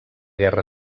guerra